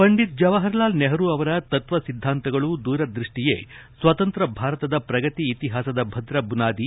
ಪಂಡಿತ್ ಜವಾಹರಲಾಲ್ ನೆಹರೂ ಅವರ ತತ್ವ ಸಿದ್ದಾಂತಗಳು ದೂರದೃಷ್ವಿಯೇ ಸ್ವತಂತ್ರ ಭಾರತದ ಪ್ರಗತಿ ಇತಿಹಾಸದ ಭದ್ರ ಬುನಾದಿ